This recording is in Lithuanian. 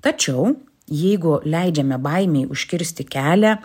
tačiau jeigu leidžiame baimei užkirsti kelią